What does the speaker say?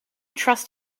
trust